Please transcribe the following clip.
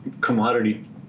commodity